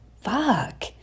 Fuck